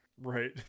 Right